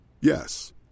Yes